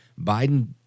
Biden